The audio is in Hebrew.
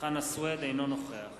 אינו נוכח